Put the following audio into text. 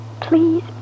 please